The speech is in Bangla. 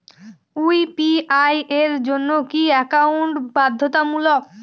ইউ.পি.আই এর জন্য কি একাউন্ট বাধ্যতামূলক?